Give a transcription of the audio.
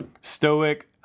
stoic